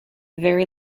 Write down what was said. very